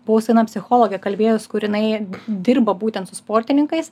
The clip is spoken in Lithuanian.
buvau su viena psichologe kalbėjaus kur inai dirba būtent su sportininkais